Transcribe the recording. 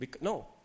No